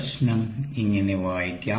പ്രശ്നം ഇങ്ങനെ വായിക്കാം